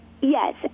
yes